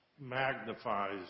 magnifies